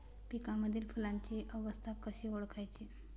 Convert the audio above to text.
पिकांमधील फुलांची अवस्था कशी ओळखायची?